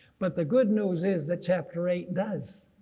but the good news is that chapter eight does.